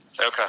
okay